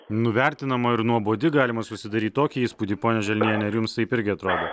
nuvertinama ir nuobodi galima susidaryt tokį įspūdį ponia želniene ar jums taip irgi atrodo